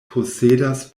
posedas